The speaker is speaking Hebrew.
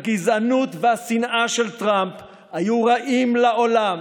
הגזענות והשנאה של טראמפ היו רעים לעולם